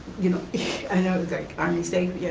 you know i know it's like army safe? yeah,